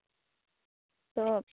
ᱛᱚ